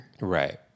Right